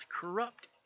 corrupt